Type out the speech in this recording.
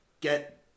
get